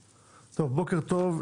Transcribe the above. בוקר טוב,